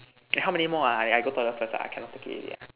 eh how many more ah I go toilet first ah I cannot take it already ah